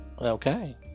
Okay